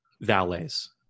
valets